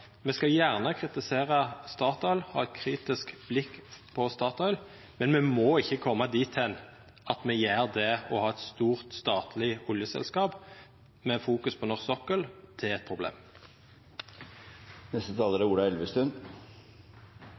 Me skal gjerne kritisera Statoil og ha eit kritisk blikk på Statoil, men me må ikkje koma dit at me gjer det å ha eit stort statleg oljeselskap som fokuserer på norsk sokkel, til eit problem.